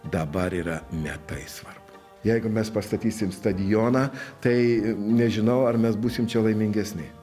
dabar yra ne tai svarbu jeigu mes pastatysim stadioną tai nežinau ar mes būsim laimingesni